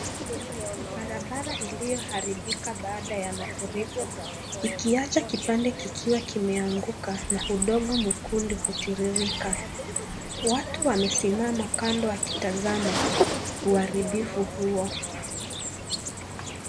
Barabara iliyoharibika baada ya mafuriko ikiwacha kipande kikiwa kimeanguka na udongo mwekundu kutiririka. Watu wamesimama kando wakitazama uharibifu huo.